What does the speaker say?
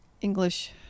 English